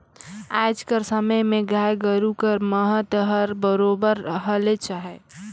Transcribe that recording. आएज कर समे में गाय गरू कर महत हर बरोबेर हलेच अहे